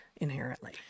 inherently